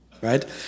right